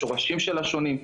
השורשים של הם שונים,